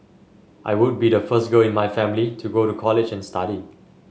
I would be the first girl in my family to go to college and study